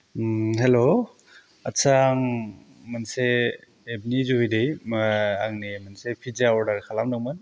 हेल' आस्सा आं मोनसे एपनि जुहिदै मा आंनि मोनसे पिज्जा अर्डार खालामदोंमोन